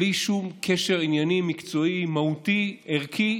בלי שום הקשר ענייני, מקצועי, מהותי וערכי,